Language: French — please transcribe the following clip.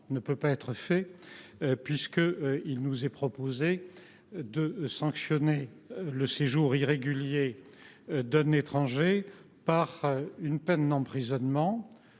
ne peut pas être fait. Il nous est proposé en effet de sanctionner le séjour irrégulier d’un étranger par une peine d’emprisonnement,